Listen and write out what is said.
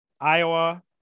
Iowa